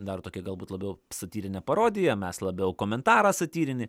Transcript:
dar tokia galbūt labiau satyrinė parodija mes labiau komentarą satyrinį